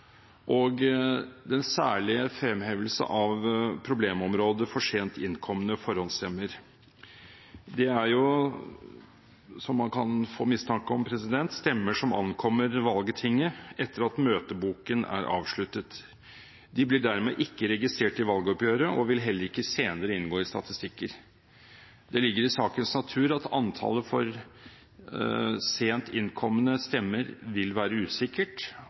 og den særlige fremhevelse av problemområdet for sent innkomne forhåndsstemmer. Det er, som man kan få mistanke om, stemmer som ankommer valgtinget etter at møteboken er avsluttet. De blir dermed ikke registrert i valgoppgjøret og vil heller ikke senere inngå i statistikker. Det ligger i sakens natur at antallet for sent innkomne stemmer vil være usikkert,